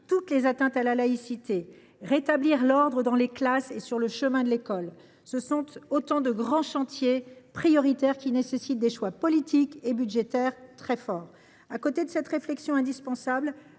toutes les atteintes à la laïcité, rétablir l’ordre dans les classes et sur le chemin de l’école. Voilà autant de grands chantiers prioritaires, qui nécessitent des choix politiques et budgétaires très forts. Parallèlement à cette réflexion indispensable,